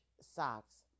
socks